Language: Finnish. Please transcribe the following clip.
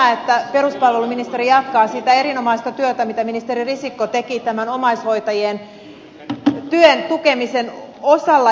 on hyvä että peruspalveluministeri jatkaa sitä erinomaista työtä mitä ministeri risikko teki tämän omaishoitajien työn tukemisen osalla